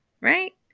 Right